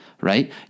right